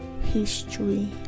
history